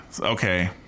okay